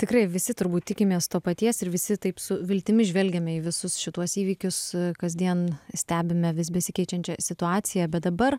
tikrai visi turbūt tikimės to paties ir visi taip su viltimi žvelgiame į visus šituos įvykius kasdien stebime vis besikeičiančią situaciją bet dabar